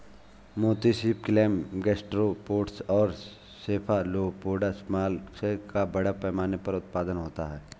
मोती सीप, clam, gastropods और सेफलोपोड्स मोलस्क का बड़े पैमाने पर उत्पादन होता है